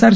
R